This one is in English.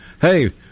hey